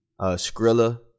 Skrilla